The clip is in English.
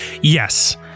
Yes